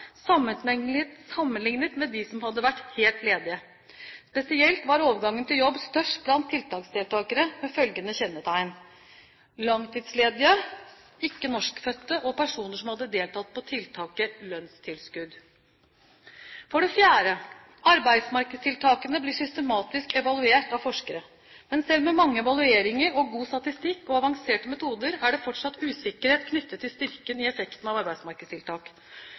sammenlignet med dem som hadde vært helt ledige. Spesielt var overgangen til jobb størst blant tiltaksdeltakere med følgende kjennetegn: langtidsledige, ikke-norskfødte og personer som hadde deltatt på tiltaket lønnstilskudd. For det fjerde blir arbeidsmarkedstiltakene systematisk evaluert av forskere. Men selv med mange evalueringer, god statistikk og avanserte metoder er det fortsatt usikkerhet knyttet til styrken i effektene av arbeidsmarkedstiltak.